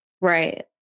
Right